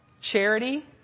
Charity